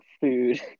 food